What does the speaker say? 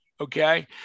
Okay